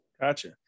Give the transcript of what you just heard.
Gotcha